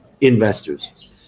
investors